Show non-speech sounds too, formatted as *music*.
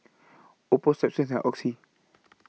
Oppo Strepsils and Oxy *noise*